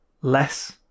less